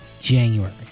January